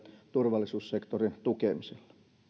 turvallisuussektorin tukemisella